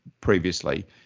previously